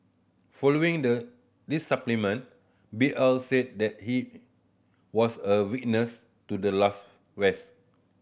following the this B L said that he was a witness to the last west